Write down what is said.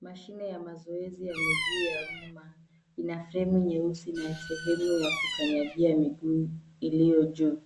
Mashine ya mazoezi ya miguu ya wima. Ina fremu nyeusi na sehemu ya kukanyagia miguu iliyo juu.